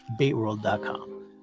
baitworld.com